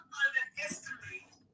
underestimate